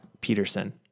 Peterson